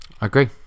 Agree